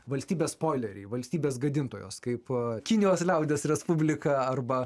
valstybės spoileriai valstybės gadintojos kaipo kinijos liaudies respublika arba